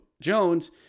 Jones